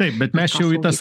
taip bet mes čia jau į tas